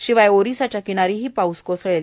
शिवाय ओरिसाच्या किनारीही पाऊस कोसळेल